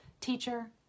Teacher